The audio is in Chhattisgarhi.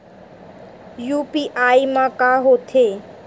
यू.पी.आई मा का होथे?